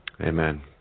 Amen